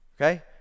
okay